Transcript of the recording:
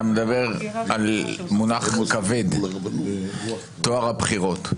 אתה מדבר על מונח כבד, טוהר הבחירות.